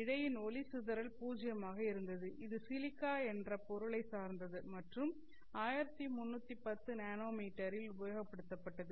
இழையின் ஒளி சிதறல் பூஜ்ஜியமாக இருந்தது இது சிலிக்கா என்ற பொருளை சார்ந்தது மற்றும் 1310 நானோமீட்டரில் உபயோகப்படுத்தப்பட்டது